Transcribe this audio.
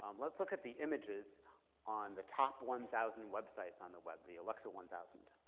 um let's look at the images on the top one thousand websites on the web, the alexa one thousand.